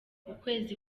ukwezi